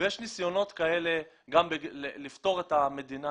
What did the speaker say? יש ניסיונות כאלה לפטור את המדינה.